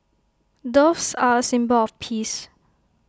doves are A symbol of peace